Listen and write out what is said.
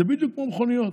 זה בדיוק כמו מכוניות.